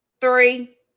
three